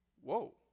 Whoa